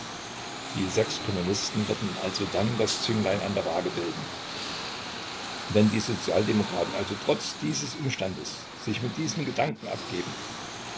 die sechs kommunisten würden dann also das zünglein an der wage bilden wenn die sozialdemokraten also trotz dieses umstandes sich mit diesem gedanken abgeben